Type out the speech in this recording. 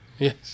Yes